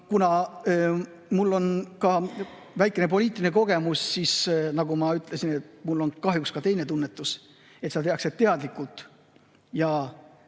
kuna mul on ka väikene poliitiline kogemus, siis nagu ma ütlesin, mul on kahjuks ka teine tunnetus: seda tehakse teadlikult ja